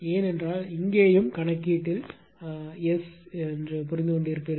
ஏனென்றால் இங்கேயும் கணக்கீட்டில் எஸ் புரிந்து கொண்டிருப்பீர்கள்